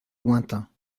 lointain